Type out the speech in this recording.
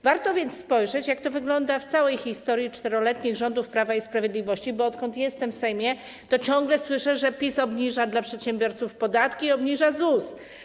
Warto więc spojrzeć, jak to wygląda w całej historii 4-letnich rządów Prawa i Sprawiedliwości, bo odkąd jestem w Sejmie, to ciągle słyszę, że PiS obniża dla przedsiębiorców podatki i obniża ZUS.